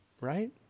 Right